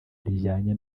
rijyanye